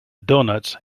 donuts